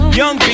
young